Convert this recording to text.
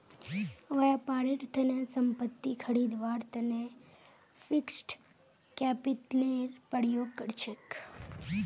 व्यापारेर तने संपत्ति खरीदवार तने फिक्स्ड कैपितलेर प्रयोग कर छेक